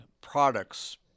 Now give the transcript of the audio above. products